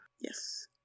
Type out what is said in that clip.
Yes